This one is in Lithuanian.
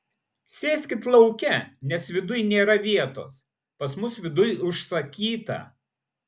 sėskit lauke nes viduj nėra vietos pas mus viduj užsakyta